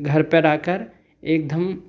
घर पर आकर एकदम